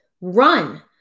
run